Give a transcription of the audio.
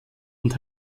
und